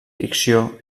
ficció